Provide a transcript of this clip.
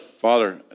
Father